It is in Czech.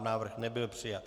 Návrh nebyl přijat.